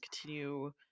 continue